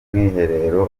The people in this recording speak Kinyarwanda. mwiherero